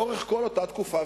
לאורך כל אותה תקופה,